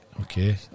okay